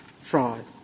fraud